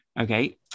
Okay